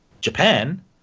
Japan